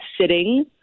sitting